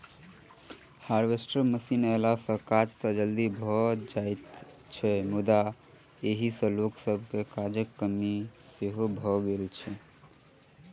harvester machine अयला सॅ काज त जल्दी होइत छै मुदा एहि सॅ लोक सभके काजक कमी सेहो भ गेल छै